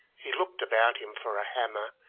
he looked about him for a hammer,